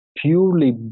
purely